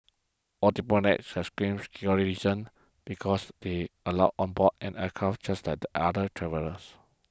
all diplomats has screened security reasons because they allowed on board an aircraft just like the other travellers